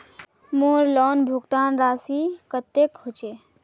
मोर लोन भुगतान राशि कतेक होचए?